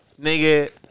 Nigga